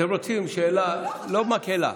אתם רוצים שאלה, לא מקהלה.